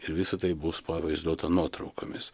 ir visa tai bus pavaizduota nuotraukomis